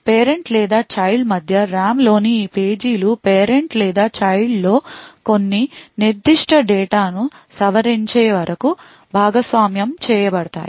parent లేదా child మధ్య RAM లోని ఈ పేజీలు పేరెంట్ లేదా చైల్డ్ కొన్ని నిర్దిష్ట డేటాను సవరించే వరకు భాగస్వామ్యం చేయబడుతున్నాయి